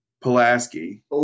Pulaski